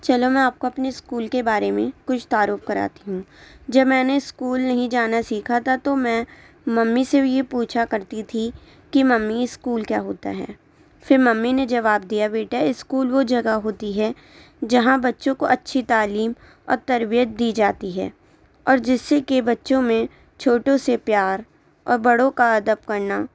چلو میں آپ کو اپنے اسکول کے بارے میں کچھ تعارف کراتی ہوں جب میں نے اسکول نہیں جانا سیکھا تھا تو میں ممی سے یہ پوچھا کرتی تھی کہ ممی اسکول کیا ہوتا ہے پھر ممی نے جواب دیا بیٹا اسکول وہ جگہ ہوتی ہے جہاں بچوں کو اچھی تعلیم اور تربیت دی جاتی ہے اور جس سے کہ بچوں میں چھوٹوں سے پیار اور بڑوں کا ادب کرنا